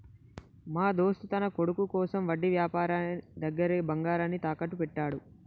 మా దోస్త్ తన కొడుకు కోసం వడ్డీ వ్యాపారి దగ్గర బంగారాన్ని తాకట్టు పెట్టాడు